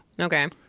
Okay